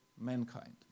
mankind